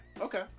Okay